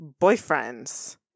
boyfriends